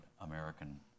American